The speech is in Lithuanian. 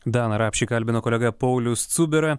daną rapšį kalbino kolega paulius cubera